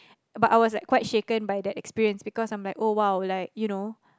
but I was like quite shaken by that experience because I'm like oh !wow! like you know